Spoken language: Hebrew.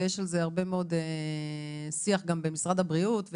ויש על זה הרבה מאוד שיח גם במשרד הבריאות,